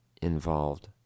involved